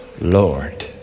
Lord